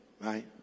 right